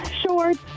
shorts